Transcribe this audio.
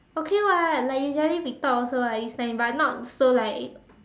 okay [what] like usually we talk also like is but not so like